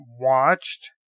watched